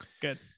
Good